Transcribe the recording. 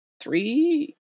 three